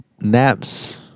naps